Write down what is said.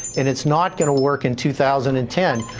and it's not going to work in two thousand and ten.